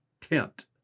tent